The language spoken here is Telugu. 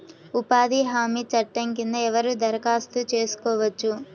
ఉపాధి హామీ చట్టం కింద ఎవరు దరఖాస్తు చేసుకోవచ్చు?